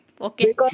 Okay